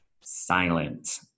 silent